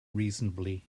reasonably